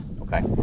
Okay